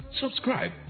Subscribe